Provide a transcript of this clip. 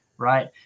right